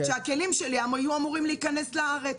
-- כשהכלים שלי היו אמורים להיכנס לארץ,